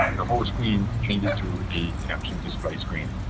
the whole screen changes to a caption display screen.